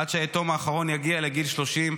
עד שהיתום האחרון יגיע לגיל 30,